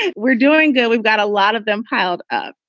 and we're doing good. we've got a lot of them piled up.